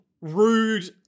rude